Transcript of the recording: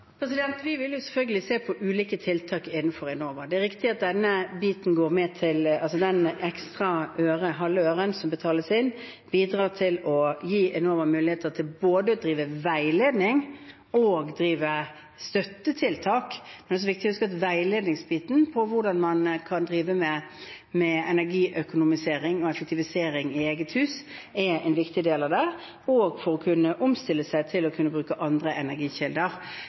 Vi vil selvfølgelig se på ulike tiltak innenfor Enova. Det er riktig at den ekstra halve øren som betales inn, bidrar til å gi Enova mulighet til å drive både veiledning og støttetiltak. Det er også viktig å huske at veiledningsbiten for hvordan man kan energiøkonomisere og -effektivisere i eget hus, er en viktig del av det – også for å kunne omstille seg til å bruke andre energikilder.